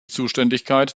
zuständigkeit